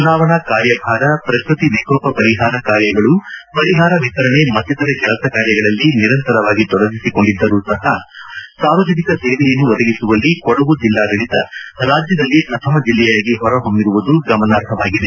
ಚುನಾವಣಾ ಕಾರ್ಯಭಾರ ಪ್ರಕೃತಿ ವಿಕೋಪ ಪರಿಹಾರ ಕಾರ್ಯಗಳು ಪರಿಹಾರ ವಿತರಣೆ ಮತ್ತಿತರ ಕೆಲಸ ಕಾರ್ಯಗಳಲ್ಲಿ ನಿರಂತರವಾಗಿ ತೊಡಗಿಸಿಕೊಂಡಿದ್ದರೂ ಸಹ ಸಾರ್ವಜನಿಕ ಸೇವೆಯನ್ನು ಒದಗಿಸುವಲ್ಲಿ ಕೊಡಗು ಜಿಲ್ಲಾಡಳಿತ ರಾಜ್ಯದಲ್ಲಿ ಪ್ರಥಮ ಜೆಲ್ಲೆಯಾಗಿ ಹೊರ ಹೊಮ್ಬಿರುವುದು ಗಮನಾರ್ಹವಾಗಿದೆ